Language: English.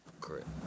Correct